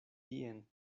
tien